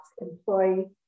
employee